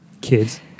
kids